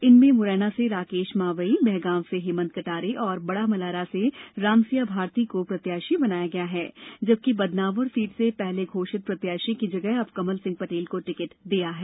इनमें मुरैना से राकेश मावई मेहगांव से हेमंत कटारे और बड़ा मल्हारा से रामसिया भारती को प्रत्याशी बनाया है जबकि बदनावर सीट से पहले घोषित प्रत्याशी की जगह अब कमल सिंह पटेल को टिकट दिया है